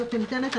שניתנת,